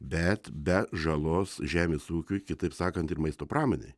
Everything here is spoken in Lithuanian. bet be žalos žemės ūkiui kitaip sakant ir maisto pramonei